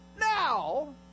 Now